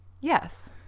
Yes